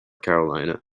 carolina